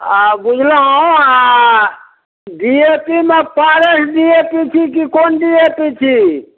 आ बुझलहुँ आ डी ए पी मे पारस डी ए पी छी कि कोन डी ए पी छी